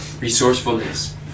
resourcefulness